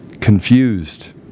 confused